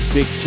Big